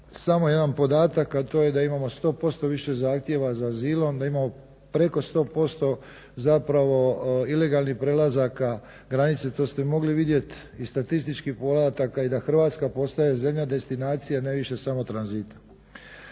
samo jedan podatak a to je da imamo 100 posto više zahtjeva za azilom, da imamo preko 100 posto zapravo ilegalnih prelazaka granice. To ste mogli vidjeti iz statističkih podataka i da Hrvatska postaje zemlja destinacija ne više samo tranzita.